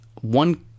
one